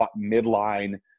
midline